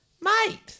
mate